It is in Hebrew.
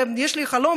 יש לי חלום,